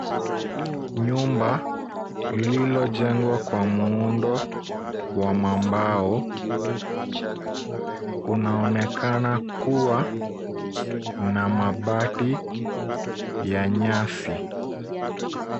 Nyumba lililojengwa kwa muundo wa mambao unaonekana kuwa na mabati ya nyasi.